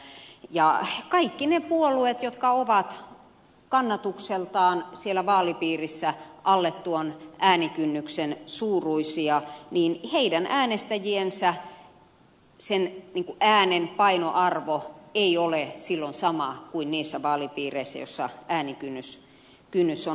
kaikkien niiden puolueiden jotka ovat kannatukseltaan vaalipiirissään alle tuon äänikynnyksen suuruisia äänestäjien äänen painoarvo ei ole silloin sama kuin niissä vaalipiireissä joissa äänikynnys on matalampi